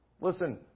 Listen